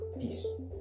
Peace